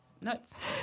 Nuts